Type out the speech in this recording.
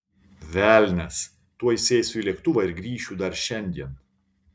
velnias tuoj sėsiu į lėktuvą ir grįšiu dar šiandien